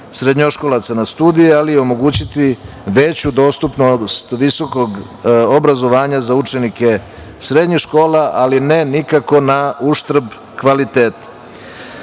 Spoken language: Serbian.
srednjoškolaca na studije, ali i omogućiti veću dostupnost visokog obrazovanja za učenike srednjih škola, ali ne nikako nauštrb kvaliteta.